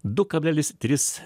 du kablelis tris